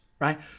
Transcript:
right